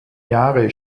jahre